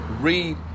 read